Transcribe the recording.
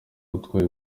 utwaye